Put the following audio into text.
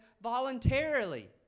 voluntarily